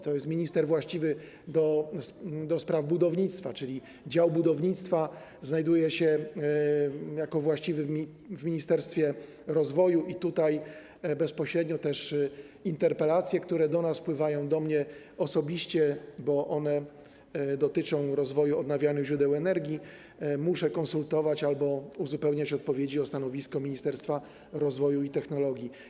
To jest minister właściwy do spraw budownictwa, czyli dział budownictwa znajduje się jako właściwy w ministerstwie rozwoju i tutaj bezpośrednio, jeśli chodzi o interpelacje, które do nas wpływają, do mnie osobiście, bo one dotyczą rozwoju odnawialnych źródeł energii, muszę konsultować odpowiedzi albo uzupełniać je o stanowisko Ministerstwa Rozwoju i Technologii.